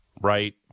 Right